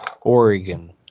Oregon